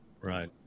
right